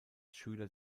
schüler